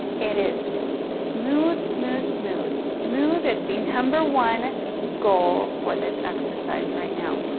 it is smooth, smooth, smooth, smooth is the number one goal for this exercise right now.